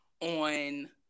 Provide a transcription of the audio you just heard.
on